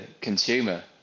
consumer